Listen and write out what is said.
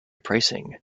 pricing